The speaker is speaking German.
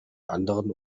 anderen